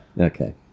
okay